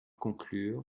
conclure